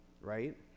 Right